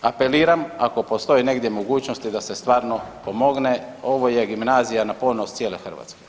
Apeliram ako postoji negdje mogućnosti da se stvarno pomogne ovo je gimnazija na ponos cijele Hrvatske.